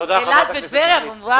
אילת וטבריה, כמובן.